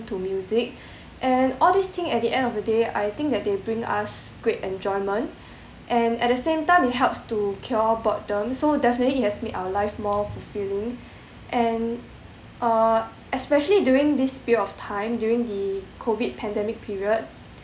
to music and all this thing at the end of the day I think that they bring us great enjoyment and at the same time it helps to cure boredom so definitely it has made our life more fulfilling and uh especially during this period of time during the COVID pandemic period